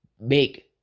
make